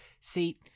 See